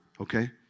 Okay